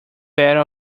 battle